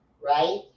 right